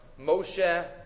Moshe